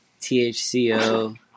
THCO